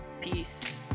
Peace